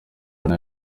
anna